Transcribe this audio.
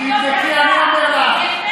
לא נכון.